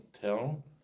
tell